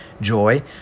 joy